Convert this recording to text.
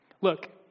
Look